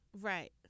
Right